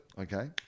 okay